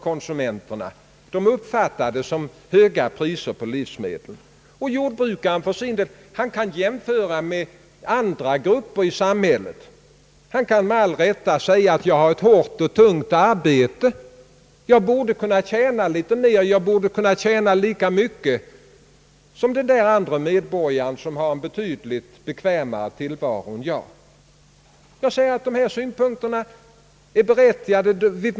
Konsumenterna uppfattar livsmedelspriserna som höga. Jordbrukarna kan jämföra sig med andra grupper i samhället. De kan med all rätt säga, att de har ett hårt och tungt arbete. De tycker att de borde tjäna litet mer eller åtminstone lika mycket som en medborgare vilken har en betydligt bekvämare tillvaro. Dessa synpunkter är berättigade.